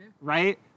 right